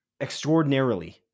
extraordinarily